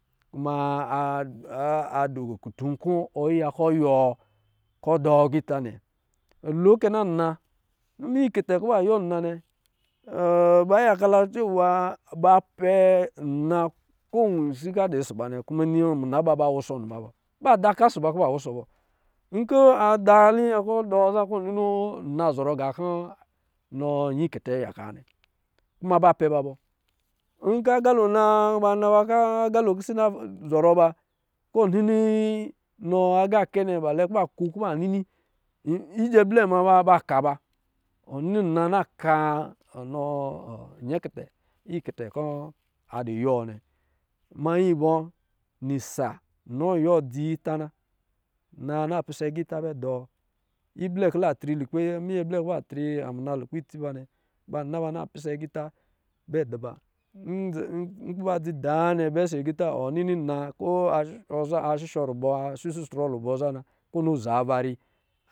Kuma adɔ̄ kutu kɔ̄ yiwɔ kɔ̄ dɔ̄ agita nnɛ lo kɛ na nna minyɛ ikɛjɛ kɔ̄ ba yiwɔ nna nnɛ, ba yaka la cɛwa bapɛ nna ko wisi kɔ̄ adɔ̄ ɔsɔ̄ ba nnɛ, kuma muna ba ba wɔsɔ niba bɔ. Ba da oka ɔsɔ̄ ba kɔ̄ ba wusɔ bɔ. Ncɔ ada liyɛ kɔ̄ dɔɔ zaa kɔ̄ wɔ nini na zɔrɔ gā kɔ̄ nɔ nyɛ ikɛtɛ ayaka nnɛ, kuma ba pɛ ba bɔ, nkɔ̄ agao na, ba na ba kɔ̄ agalo pisɛ ina zɔrɔ ba kɔ̄ ɔ nini nɔ agakɛ nnɛ ba lɛ kɔ̄ ba ku kɔ̄ ba nini yi jɛ blɛ ma ba ka ba wɔ nini na na ka nɔ ɔ yɛkɛtɛ kɔ̄ a ɔ yiwɔ nnɛ. Mayi bɔ nisa nɔ yiwɔ dzi ita na. Naa na pisɛ agita bɛ dɔɔ iblɛ kɔ̄ la tri lulepɛ, minya blɛ kɔ̄ ba tri amuna lukpɛ itsi ba nnɛ ba naba na pisɛ aga ita bɛ dɔ̄ ba nkɔ̄ ba dzi daa nnɛ bɛ ɔsɔ̄ agita wɔ nini na ko a shisho rubɔ za na kɔ̄ wɔ noo zhava ri.